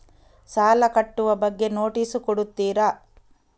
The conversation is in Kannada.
ಸಾಲ ಕಟ್ಟುವ ಬಗ್ಗೆ ನೋಟಿಸ್ ಕೊಡುತ್ತೀರ?